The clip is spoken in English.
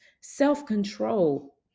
self-control